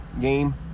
game